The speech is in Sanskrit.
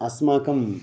अस्माकं